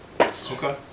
Okay